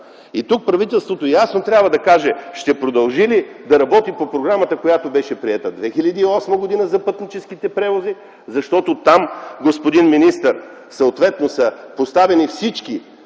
Тук правителството ясно трябва да каже ще продължи ли да работи по програмата, която беше приета 2008 г., за пътническите превози, защото там, господин министър, съответно са поставени всички